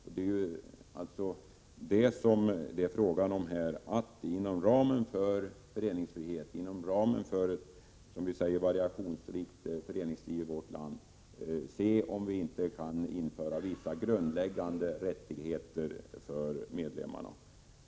Vad det här är fråga om är att se om vi inte, inom ramen för föreningsfriheten, inom ramen för ett variationsrikt föreningsliv i vårt land, kan införa vissa grundläggande rättigheter för medlemmarna.